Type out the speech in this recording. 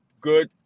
good